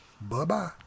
Bye-bye